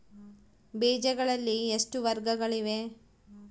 ಬೇಜಗಳಲ್ಲಿ ಎಷ್ಟು ವರ್ಗಗಳಿವೆ?